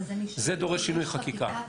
זה דורש שינוי חקיקה.